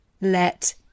let